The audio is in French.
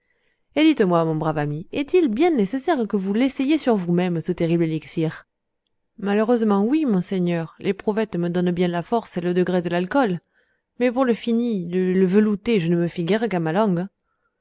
et dites-moi mon brave ami est-il bien nécessaire que vous l'essayiez sur vous-même ce terrible élixir malheureusement oui monseigneur l'éprouvette me donne bien la force et le degré de l'alcool mais pour le fini le velouté je ne me fie guère qu'à ma langue